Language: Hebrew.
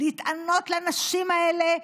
לענות את הנשים האלה,